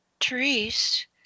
Therese